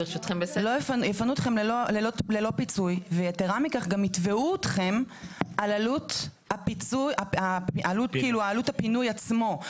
יפנו אתכם ללא פיצוי ויתרה מכך גם יתבעו אתכם על עלות הפינוי עצמו.